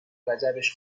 وجبش